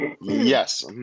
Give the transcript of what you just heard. Yes